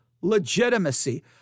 legitimacy